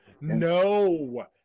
no